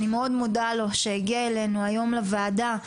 אני מאוד מודה לאביתר על כך שהגיע אלינו היום לוועדה.